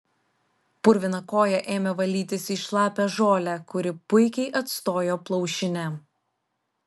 purviną koją ėmė valytis į šlapią žolę kuri puikiai atstojo plaušinę